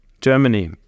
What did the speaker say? Germany